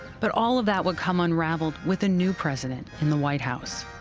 but all of that would come unraveled with a new president in the white house.